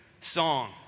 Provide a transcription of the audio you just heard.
song